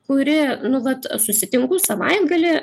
kuri nu vat susitinku savaitgalį